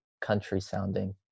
country-sounding